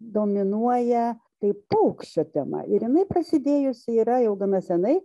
dominuoja tai paukščio tema ir jinai prasidėjusi yra jau gana senai